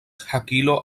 hakilo